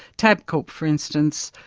tabcorp for instance,